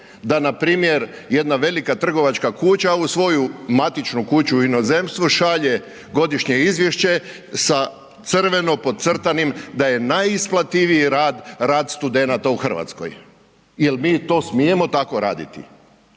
da npr. jedna velika trgovačka kuća u svoju matičnu kuću u inozemstvu šalje godišnje izvješće sa crveno podcrtanim da je najisplativiji rad, rad studenata u Hrvatskoj. Jel mi to smijemo tako raditi?